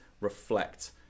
reflect